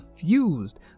fused